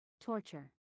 Torture